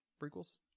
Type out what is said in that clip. prequels